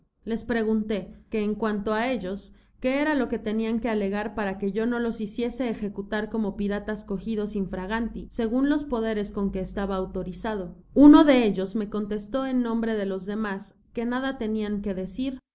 les pregunté que ea cuanto á ellos qué era lo que tenian que alegar para que yo no los hiciese ejecutar como piratas cogidos infraganti segun los poderes con que estaba autorizado content from google book search generated at uno de ellos me contestó en nombre de los demas que nada tenian que decir